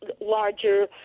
larger